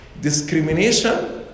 Discrimination